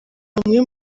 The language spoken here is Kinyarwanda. bamwe